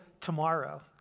tomorrow